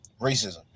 racism